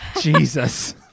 Jesus